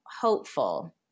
hopeful